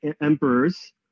emperors